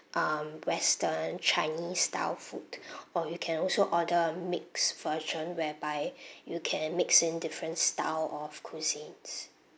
um western chinese style food or you can also order mixed version whereby you can mix in different styles of cuisines